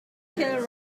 kill